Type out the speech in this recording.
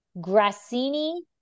Grassini